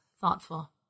thoughtful